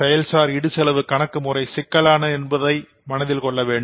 செயல்சார் இடுசெலவு கணக்கு முறை சிக்கலானது என்பதை மனதில் வைத்துக்கொள்ள வேண்டும்